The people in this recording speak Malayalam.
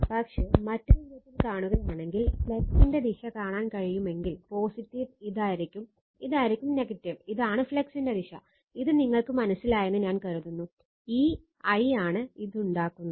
പക്ഷേ മറ്റൊരു വിധത്തിൽ കാണുകയാണെങ്കിൽ ഫ്ലക്സിന്റെ ദിശ കാണാൻ കഴിയുമെങ്കിൽ പോസിറ്റീവ് ഇതായിരിക്കും ഇതായിരിക്കും നെഗറ്റീവ് ഇതാണ് ഫ്ലക്സിന്റെ ദിശ ഇത് നിങ്ങൾക്ക് മനസ്സിലായെന്ന് ഞാൻ കരുതുന്നു ഈ I ആണ് അത് ഉണ്ടാക്കുന്നത്